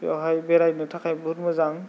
बेवहाय बेरायनो थाखाय बहुद मोजां